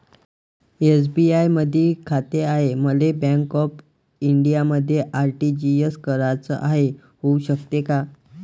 SBI मधी खाते हाय, मले बँक ऑफ इंडियामध्ये आर.टी.जी.एस कराच हाय, होऊ शकते का?